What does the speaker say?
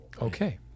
Okay